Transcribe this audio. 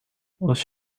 als